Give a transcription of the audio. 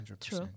true